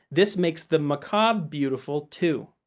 this makes the macabre beautiful too.